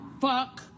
fuck